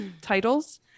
titles